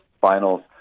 finals